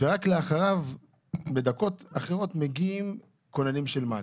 ורק לאחריו מגיעים כוננים של מד"א?